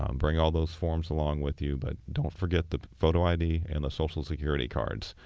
um bring all those forms along with you, but don't forget the photo id and the social security cards,